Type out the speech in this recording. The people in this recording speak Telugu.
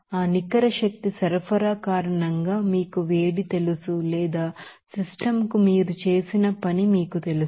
ఆ నికర శక్తి సరఫరా కారణంగా మీకు వేడి తెలుసు లేదా సిస్టమ్ కు మీరు చేసిన పని మీకు తెలుసు